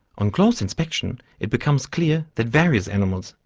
on close inspection it becomes clear that various animals,